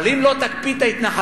אבל אם לא תקפיא את ההתנחלויות,